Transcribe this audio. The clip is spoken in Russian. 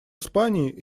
испании